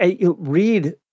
read